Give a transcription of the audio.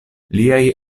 liaj